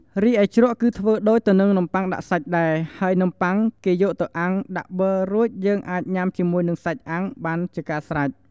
រីឯជ្រក់គឺធ្វើដូចទៅនឹងនំបុ័ងដាក់សាច់ដែរហើយនំបុ័ងគេយកទៅអាំងដាក់ប័ររួចយើងអាចញុាំជាមួយសាច់អាំងបានជាការស្រេច។